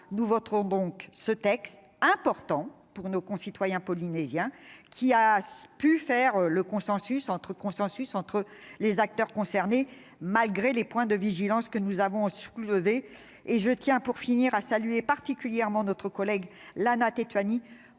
nous voterons ce texte important pour nos concitoyens polynésiens, un texte qui a pu susciter un consensus entre les acteurs concernés, malgré les points de vigilance que nous avons soulevés. Je tiens pour finir à saluer particulièrement notre collègue Lana Tetuanui,